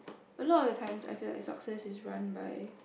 a lot of the time I feel that success is run by